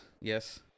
Yes